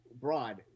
broad